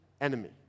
enemy